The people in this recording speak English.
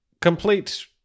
complete